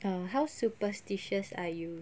uh how superstitious ah you